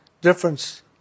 difference